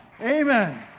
Amen